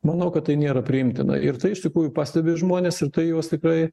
manau kad tai nėra priimtina ir tai iš tikrųjų pastebi žmonės ir tai juos tikrai